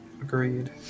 agreed